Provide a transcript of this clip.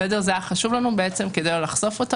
זה היה חשוב לנו כדי לא לחשוף אותו.